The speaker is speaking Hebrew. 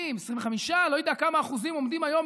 20%, 25% לא יודע על כמה אחוזים בדיוק